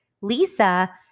Lisa